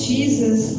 Jesus